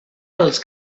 els